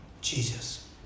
Jesus